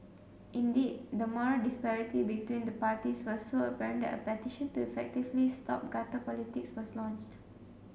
indeed the moral disparity between the parties was so apparent that a petition to effectively stop gutter politics was launched